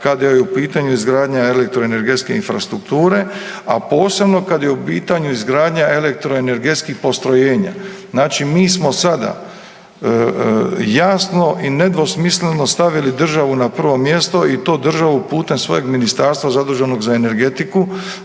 kad je u pitanju izgradnja elektroenergetske infrastrukture, a posebno kad je u pitanju izgradnja elektroenegetskih postrojenja. Znači mi smo sada jasno i nedvosmisleno stavili državu na prvo mjesto i to državu putem svojeg ministarstva zaduženog za energetiku